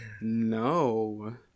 no